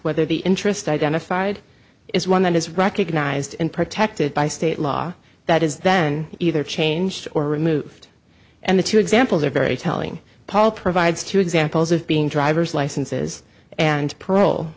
whether the interest identified is one that is recognized and protected by state law that is then either changed or removed and the two examples are very telling paul provides two examples of being driver's licenses and parole